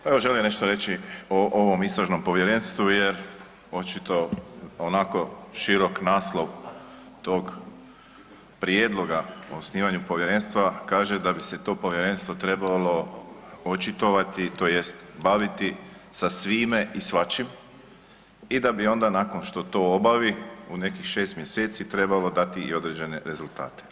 Pa evo želim nešto reći o ovom istražnom povjerenstvu jer očito onako širok naslov tog prijedloga o osnivanju povjerenstva kaže da bi se to povjerenstvo trebalo očitovati, tj. baviti sa svime i svačim i da bi onda nakon što to obavi u nekih 6 mjeseci trebalo dati i određene rezultate.